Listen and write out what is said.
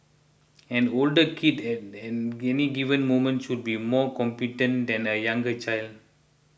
an older kid at any given moment should be more competent than a younger child